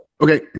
okay